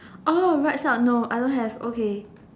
oh right side no I don't have okay